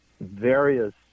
various